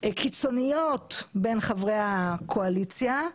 קיצוניות בין חברי הקואליציה.